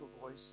voice